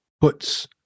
puts